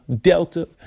Delta